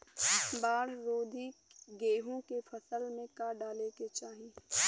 बाढ़ रोधी गेहूँ के फसल में का डाले के चाही?